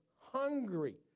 hungry